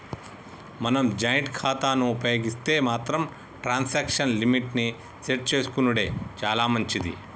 మనం జాయింట్ ఖాతాను ఉపయోగిస్తే మాత్రం ట్రాన్సాక్షన్ లిమిట్ ని సెట్ చేసుకునెడు చాలా మంచిది